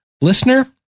listener